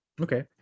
Okay